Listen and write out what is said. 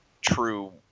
true